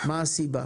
מה הסיבה?